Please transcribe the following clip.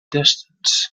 distance